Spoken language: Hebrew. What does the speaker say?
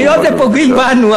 היות שפוגעים בנו,